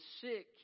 sick